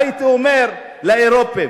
מה הייתי אומר לאירופים,